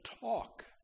talk